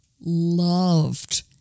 loved